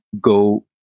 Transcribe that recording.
go